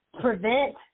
prevent